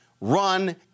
run